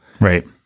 Right